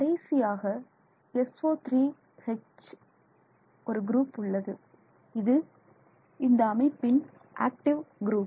கடைசியாக SO3H ஒரு group உள்ளது இது இந்த அமைப்பின் ஆக்டிவ் குரூப்